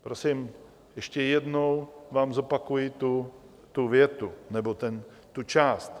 Prosím, ještě jednou vám zopakuji tu větu, nebo tu část: